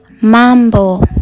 mambo